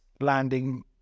landing